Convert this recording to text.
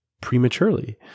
prematurely